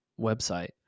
website